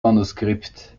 manuskript